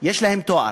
שיש להם תואר,